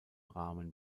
rahmen